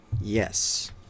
yes